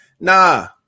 Nah